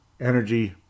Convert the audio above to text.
energy